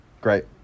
Great